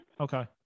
Okay